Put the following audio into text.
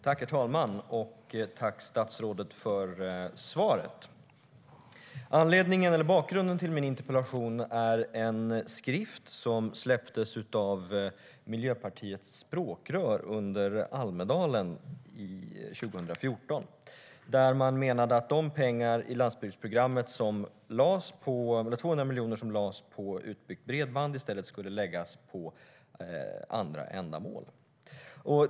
Herr talman! Tack, statsrådet, för svaret! Bakgrunden till min interpellation är en skrift som släpptes av Miljöpartiets språkrör under Almedalsveckan 2014. Där menade man att de 200 miljoner i Landsbygdsprogrammet som lades på utbyggt bredband i stället skulle läggas på andra ändamål.